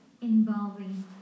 involving